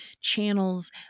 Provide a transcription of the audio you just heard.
channels